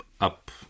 up